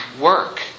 work